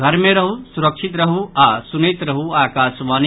घर मे रहू सुरक्षित रहू आ सुनैत रहू आकाशवाणी